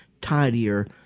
tidier